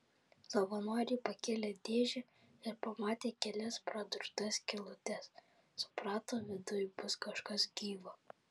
savanoriai pakėlė dėžę ir pamatė kelias pradurtas skylutes suprato viduj bus kažkas gyvo